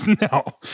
no